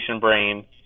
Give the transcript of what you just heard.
brain